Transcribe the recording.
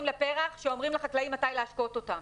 לפרח שאומרים לחקלאים מתי להשקות אותם.